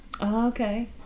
Okay